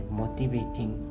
motivating